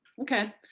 Okay